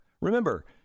Remember